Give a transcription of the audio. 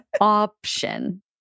option